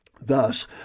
Thus